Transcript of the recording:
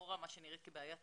לכאורה מה שנראה כבעיה טכנית,